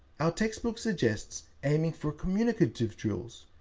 our textbook suggests aiming for communicative drills,